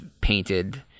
painted